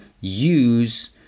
use